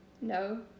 no